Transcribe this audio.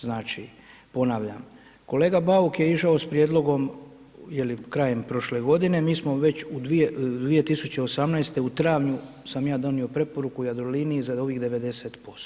Znali, ponavljam, kolega Bauk je išao s prijedlogom je li krajem prošle godine, mi smo već u 2018. u travnju sam ja donio preporuku Jadroliniji za ovih 90%